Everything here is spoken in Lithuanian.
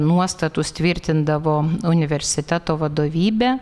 nuostatus tvirtindavo universiteto vadovybė